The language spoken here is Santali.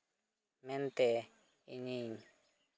ᱢᱮᱱᱛᱮ ᱤᱧᱤᱧ